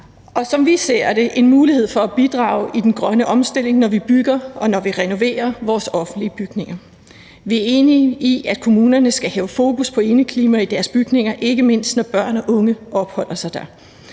som vi ser det: en mulighed for at bidrage til den grønne omstilling, når vi bygger og vi renoverer vores offentlige bygninger. Vi er enige i, at kommunerne skal have fokus på indeklima i deres bygninger, ikke mindst når børn og unge opholder sig dér.